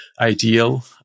ideal